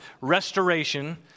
restoration